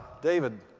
david,